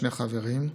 שני חברים: